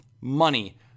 money